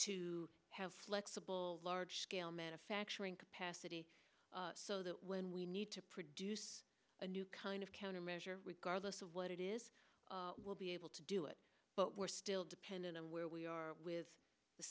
to have flexible large scale manufacturing capacity so that when we need to produce a new kind of countermeasure guard most of what it is will be able to do it but we're still dependent on where we are with the